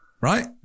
right